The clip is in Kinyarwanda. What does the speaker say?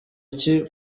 iki